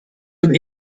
zum